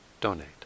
donate